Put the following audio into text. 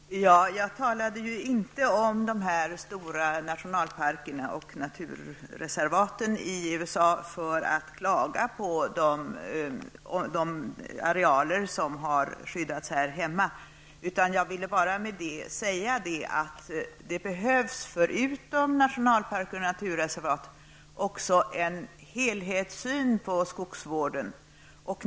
Herr talman! Jag talade inte om dessa stora nationalparker och naturreservat i USA för att klaga på de arealer som har skyddats här hemma. Jag ville med detta säga att det förutom nationalparker och naturreservat också behövs en helhetssyn på skogsvården.